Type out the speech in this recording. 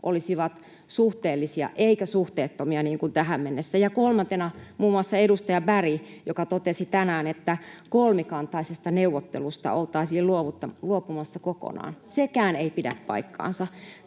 olisivat suhteellisia eivätkä suhteettomia, niin kuin tähän mennessä. Ja kolmantena, muun muassa edustaja Berg totesi tänään, että kolmikantaisesta neuvottelusta oltaisiin luopumassa kokonaan. Sekään ei pidä paikkaansa.